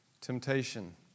Temptation